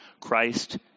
Christ